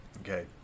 Okay